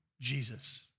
Jesus